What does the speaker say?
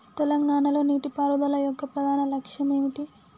తెలంగాణ లో నీటిపారుదల యొక్క ప్రధాన లక్ష్యం ఏమిటి?